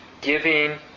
Giving